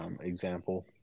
example